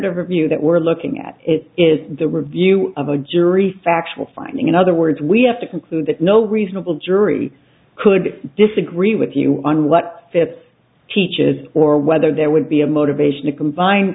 review that we're looking at it is the review of a jury factual finding in other words we have to conclude that no reasonable jury could disagree with you on what philip teaches or whether there would be a motivation to combine